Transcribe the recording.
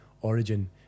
origin